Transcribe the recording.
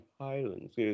Highlands